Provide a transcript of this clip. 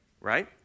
Right